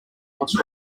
what